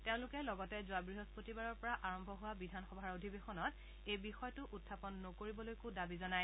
তেওঁলোকে লগতে যোৱা বৃহস্পতিবাৰৰ পৰা আৰম্ভ হোৱা বিধানসভাৰ অধিৱেশনত এই বিষয়টো উখাপন নকৰিবলৈকো দাবী জনায়